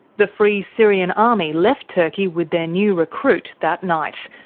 the free syrian army left turkey with their new recruit that night,